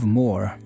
more